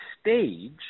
stage